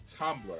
Tumblr